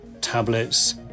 tablets